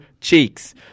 Cheeks